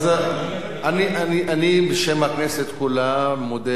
אז אני, בשם הכנסת כולה, מודה